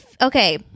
okay